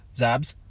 zabs